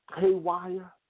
haywire